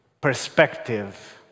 perspective